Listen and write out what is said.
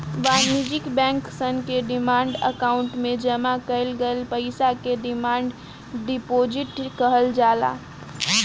वाणिज्य बैंक सन के डिमांड अकाउंट में जामा कईल गईल पईसा के डिमांड डिपॉजिट कहल जाला